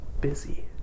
busy